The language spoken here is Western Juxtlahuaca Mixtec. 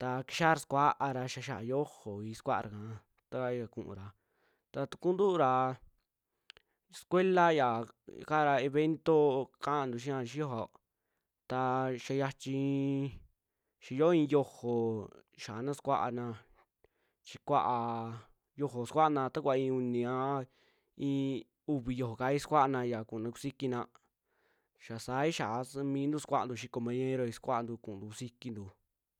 ta kixaara sukuaara xia ya'a xiojoii sukuaara ika ta yaa ku'ura, ta tukuuntu'u ra sucuela ya kara evento kaantu xiaa xiyoo, ta xaa xiachii xaa yoo i'i yiojo xaana sukuaana, chi kua'a yiojo sakuaana ta kuvaa i'i uni a i'i uvi xiojokaii kasuaana xia ku'una kusikina, ya saai xiaa mintuu sukuanti xii compañeroii sukuantu kuuntu kusikintu.